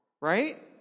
Right